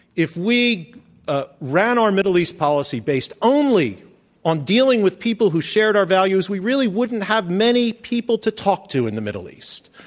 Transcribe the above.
if we ah ran our middle east policy based only on dealing with people who shared our values, we really wouldn't have many people to talk to in the middle east.